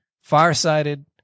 farsighted